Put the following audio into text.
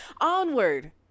onward